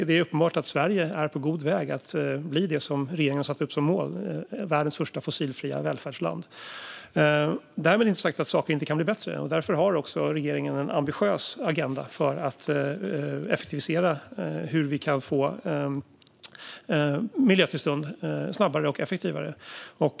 Det är uppenbart att Sverige är på god väg att bli det som regeringen har satt upp som mål, nämligen världens första fossilfria välfärdsland. Därmed inte sagt att saker inte kan bli bättre, och därför har regeringen också en ambitiös agenda för att effektivisera och se till att vi kan få miljötillstånd snabbare och effektivare.